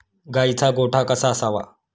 गाईचा गोठा कसा असावा?